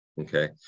Okay